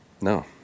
no